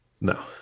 No